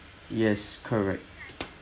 yes correct